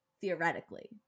theoretically